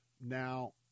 Now